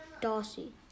Darcy